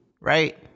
right